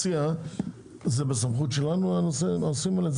זה בסמכות שלנו הנושאים האלה?